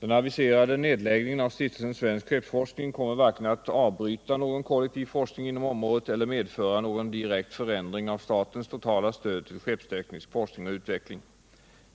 Den aviserade nedläggningen av Stiftelsen Svensk skeppsforskning kommer varken att avbryta någon kollektiv forskning inom området eller medföra någon direkt förändring av statens totala stöd till skeppsteknisk forskning och utveckling.